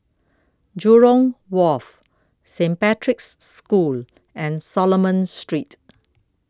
Jurong Wharf Saint Patrick's School and Solomon Street